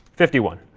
fifty one.